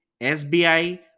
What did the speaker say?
SBI